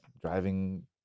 driving